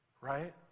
right